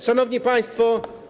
Szanowni Państwo!